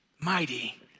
Mighty